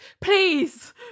please